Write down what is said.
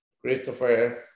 Christopher